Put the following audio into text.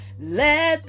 Let